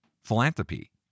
philanthropy